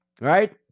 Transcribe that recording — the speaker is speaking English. right